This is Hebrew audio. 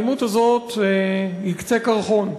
האלימות הזאת היא קצה קרחון,